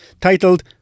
titled